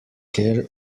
care